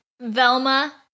Velma